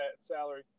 salary